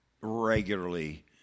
regularly